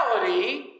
reality